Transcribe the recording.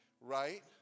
right